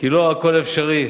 כי לא הכול אפשרי.